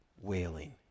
wailing